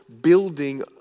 building